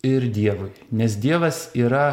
ir dievui nes dievas yra